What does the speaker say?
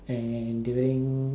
and during